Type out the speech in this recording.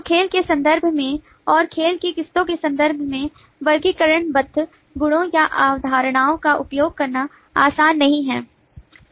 तो खेल के संदर्भ में और खेल की किस्मों के संदर्भ में वर्गीकरण बद्ध गुणों या अवधारणाओं का उपयोग करना आसान नहीं है